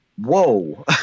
whoa